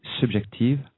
subjective